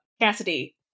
Cassidy